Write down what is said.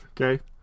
Okay